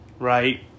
Right